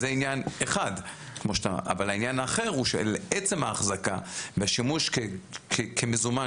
זה עניין אחד אבל העניין האחר הוא שעצם ההחזקה והשימוש כמזומן